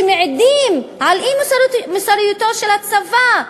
שמעידים על אי-מוסריותו של הצבא.